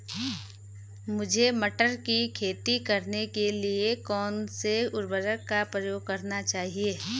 मुझे मटर की खेती करने के लिए कौन कौन से उर्वरक का प्रयोग करने चाहिए?